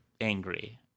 angry